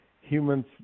humans